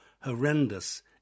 horrendous